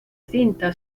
cinta